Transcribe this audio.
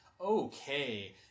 okay